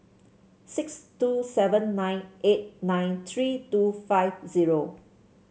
six two seven nine eight nine three two five zero